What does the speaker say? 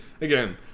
again